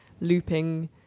looping